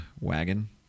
wagon